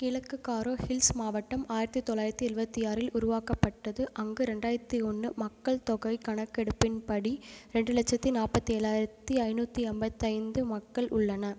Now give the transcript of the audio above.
கிழக்கு காரோ ஹில்ஸ் மாவட்டம் ஆயிரத்து தொள்ளாயிரத்து எழுபத்தி ஆறில் உருவாக்கப்பட்டது அங்கு ரெண்டாயிரத்து ஒன்று மக்கள்தொகைக் கணக்கெடுப்பின் படி ரெண்டு லட்சத்து நாற்பத்தி ஏழாயிரத்து ஐநூற்றி ஐம்பத்தி ஐந்து மக்கள் உள்ளன